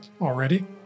already